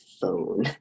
phone